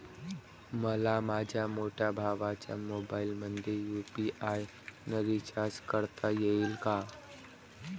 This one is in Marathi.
मले माह्या मोठ्या भावाच्या मोबाईलमंदी यू.पी.आय न रिचार्ज करता येईन का?